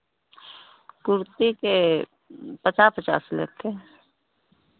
कुर्ती के पचास पचास लेते हैं